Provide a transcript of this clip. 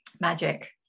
magic